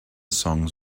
songs